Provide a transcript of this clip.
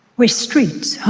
where streets, homes,